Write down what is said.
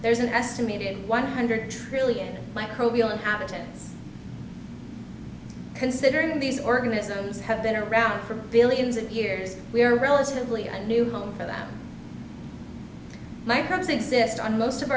there's an estimated one hundred trillion microbial an average and considering these organisms have been around for billions of years we are relatively a new home for them microbes exist on most of